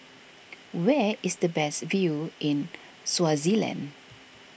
where is the best view in Swaziland